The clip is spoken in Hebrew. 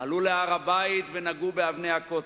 עלו להר-הבית ונגעו באבני הכותל.